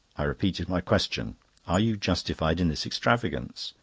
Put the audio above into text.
i repeated my question are you justified in this extravagance?